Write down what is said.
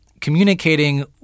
communicating